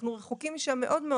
אנחנו רחוקים משם מאוד,